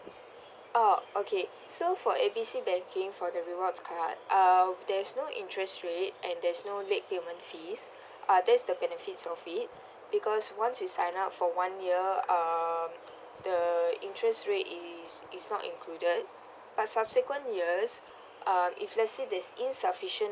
orh okay so for A B C banking for the rewards card uh there's no interest rate and there's no late payment fee uh that's the benefits of it because once you sign up for one year um the interest rate is is not included but subsequent years uh if let's say there is insufficient